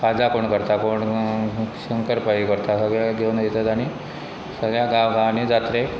काजा पण करता कोण शंकरपळी करता सगळे घेवन वता आनी सगळ्या गांव गांवांनी जात्रेक